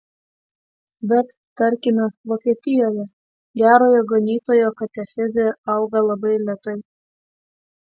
bet tarkime vokietijoje gerojo ganytojo katechezė auga labai lėtai